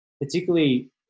particularly